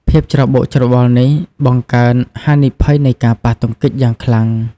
ភាពច្របូកច្របល់នេះបង្កើនហានិភ័យនៃការប៉ះទង្គិចយ៉ាងខ្លាំង។